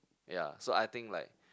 ya so I think like